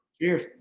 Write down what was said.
Cheers